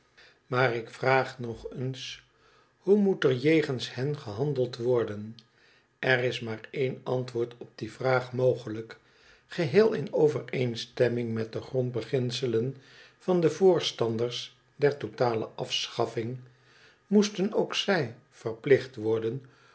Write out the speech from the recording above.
maar ik vraag nog eens hoe moet er jegens hen gehandeld worden er is maar één antwoord op die vraag mogelijk oeheel in overeenstemming met de grondbeginselen van de voorstanders der totale afschaffing moesten ook zij verplicht worden